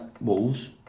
Wolves